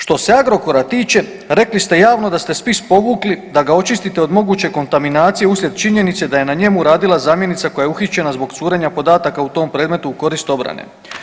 Što se Agrokora tiče, rekli ste javno da ste spis povukli da ga očistite od moguće kontaminacije uslijed činjenice da je na njemu radila zamjenica koja je uhićena zbog curenja podataka u tom predmetu u korist obrane.